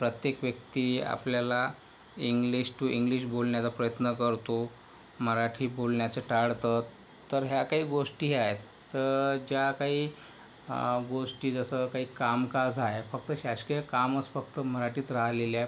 प्रत्येक व्यक्ती आपल्याला इंग्लिश टू इंग्लिश बोलण्याचा प्रयत्न करतो मराठी बोलण्याचे टाळतो तर ह्या काही गोष्टी आहेत तर ज्या काही गोष्टी जसं काही कामकाज आहे फक्त शासकीय कामंच फक्त मराठीत राहिलेलं आहे